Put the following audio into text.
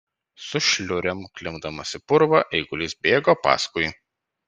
su šliurėm klimpdamas į purvą eigulys bėgo paskui